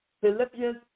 Philippians